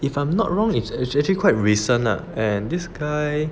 if I'm not wrong it's actually quite recent ah and this guy